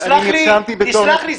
אני נרשמתי בתור --- תסלח לי.